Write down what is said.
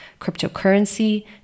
cryptocurrency